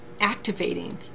activating